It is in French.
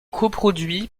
coproduit